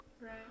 Right